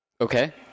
okay